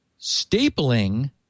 Stapling